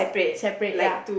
separate ya